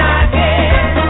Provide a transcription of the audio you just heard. again